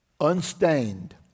unstained